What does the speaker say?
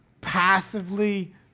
passively